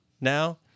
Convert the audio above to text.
now